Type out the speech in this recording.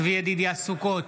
צבי ידידיה סוכות,